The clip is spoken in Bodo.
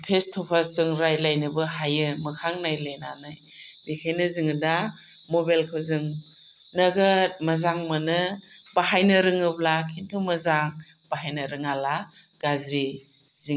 फेस टु फेस जों रायज्लायनोबो हायो मोखां नायलायनानै बेनिखायनो जोङो दा मबाइलखौ जों नोगोद मोजां मोनो बाहायनो रोङोब्ला किन्तु मोजां बाहायनो रोङाला गाज्रि